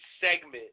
segment